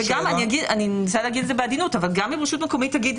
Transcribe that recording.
וגם אם רשות מקומית תאמר: